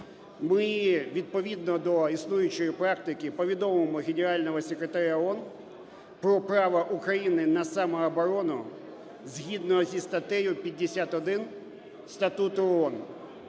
ми відповідно до існуючої практики повідомимо Генерального секретаря ООН про право України на самооборону згідно зі статтею 51 Статуту ООН.